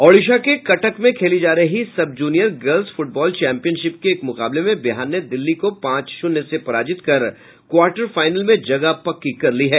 ओडिशा के कटक में खेली जा रही sub junior girls football championship के एक मुकाबले में बिहार ने दिल्ली को पांच शून्य से पराजित कर क्वार्टर फाइनल में जगह पक्की कर ली है